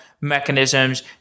mechanisms